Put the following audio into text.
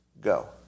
Go